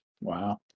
Wow